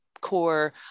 core